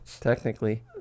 technically